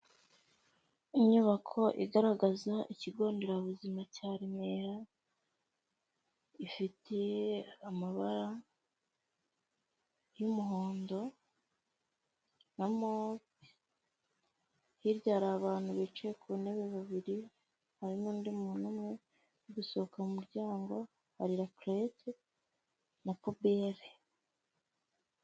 Inyubako igaragaza ikigo nderabuzima cya Remera, ifite amabara y'umuhondo harimo, hirya hari abantu bicaye ku ntebe babiri, hari n'undi muntu umwe uri gusohoka mu muryango, hari lakerete na pubeli.